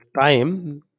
time